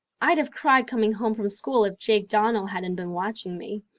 i'd have cried coming home from school if jake donnell hadn't been watching me.